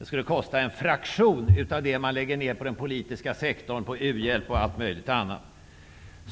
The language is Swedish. Att förbättra för fattigpensionärerna skulle kosta en fraktion av det som man lägger ned på den politiska sektorn, på u-hjälp och på allt möjligt annat.